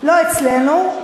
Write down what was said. לא אצלנו,